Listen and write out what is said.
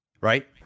right